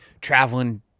traveling